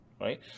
right